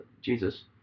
Jesus